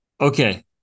okay